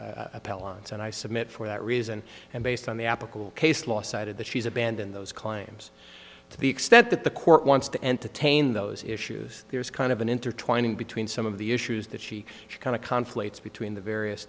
appellants and i submit for that reason and based on the applicable case law cited that she's abandon those claims to the extent that the court wants to entertain those issues there is kind of an intertwining between some of the issues that she kind of conflicts between the various